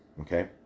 okay